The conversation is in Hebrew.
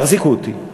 תחזיקו אותי.